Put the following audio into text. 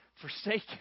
forsaken